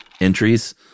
entries